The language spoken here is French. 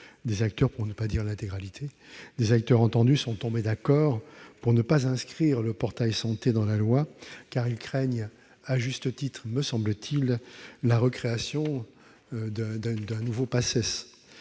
entendus- pour ne pas dire l'intégralité -sont tombés d'accord pour ne pas inscrire le portail santé dans la loi, car ils craignent- à juste titre, me semble-t-il -la recréation d'une nouvelle Paces